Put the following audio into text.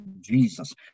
Jesus